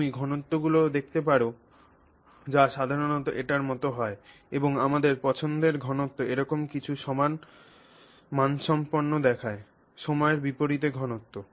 তুমি ঘনত্বগুলি দেখতে পার যা সাধারণত এটির মতো হয় এবং আমাদের পছন্দের ঘনত্ব এরকম কিছু সমান মানসম্পন্ন দেখায় সময়ের বিপরীতে ঘনত্ব